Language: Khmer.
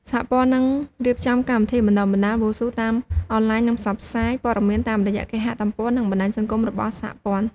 សហព័ន្ធនឹងរៀបចំកម្មវិធីបណ្ដុះបណ្ដាលវ៉ូស៊ូតាមអនឡាញនឹងផ្សព្វផ្សាយព័ត៌មានតាមរយៈគេហទំព័រ និងបណ្ដាញសង្គមរបស់សហព័ន្ធ។